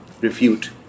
refute